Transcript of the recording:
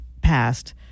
passed